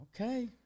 Okay